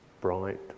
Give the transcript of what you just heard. bright